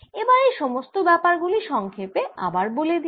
এবার এই সমস্ত ব্যাপার গুলি সংক্ষেপে আবার বলে দিই